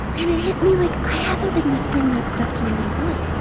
and it hit me, like i haven't been whispering that stuff to my little boy.